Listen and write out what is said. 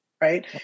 right